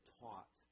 taught